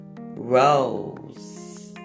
rose